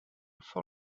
for